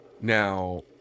Now